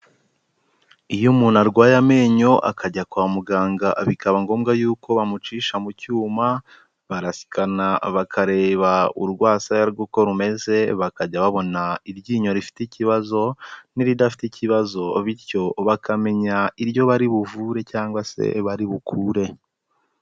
Iyo umuntu arwaye amenyo akajya kwa muganga bikaba ngombwa yuko bamucisha mu cyuma, barasikana bakareba urwasaya rwe uko rumeze, bakajya babona iryinyo rifite ikibazo n'iridafite ikibazo bityo bakamenya iryo bari buvure cyangwa se bari bukure.